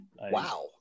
Wow